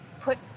put